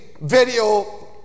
video